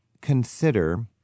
consider